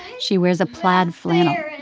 she wears a plaid flannel,